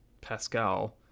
Pascal